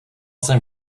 jsem